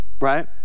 right